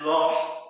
Lost